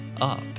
up